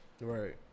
Right